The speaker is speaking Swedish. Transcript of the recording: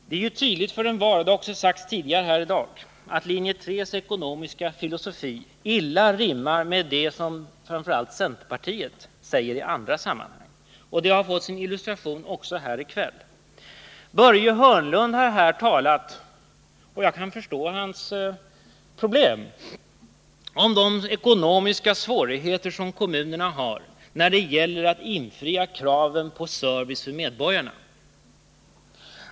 Det är tydligt för envar, och det har sagts tidigare här i dag, att linje 3:s ekonomiska filosofi illa rimmar med det som framför allt centerpartiet säger i andra sammanhang. Det har också illustrerats här i kväll. Börje Hörnlund har här talat — och jag kan förstå hans problem —- om de ekonomiska svårigheter som kommunerna har när det gäller att infria kraven på service för medborgarna.